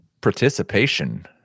participation